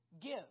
give